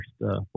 first